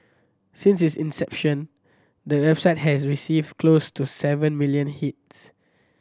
since its inception the website has received close to seven million hits